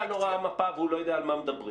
לא ראה מפה והוא לא יודע על מה מדברים.